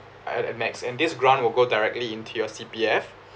uh uh max and this grant will go directly into your C_P_F